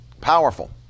powerful